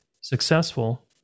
successful